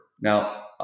now